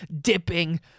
dipping